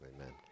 Amen